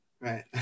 Right